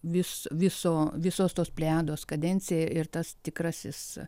vis viso visos tos plejados kadencija ir tas tikrasis